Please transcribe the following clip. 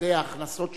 כדי ההכנסות שיתקבלו,